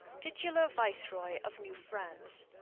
titular viceroy of new france.